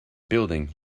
building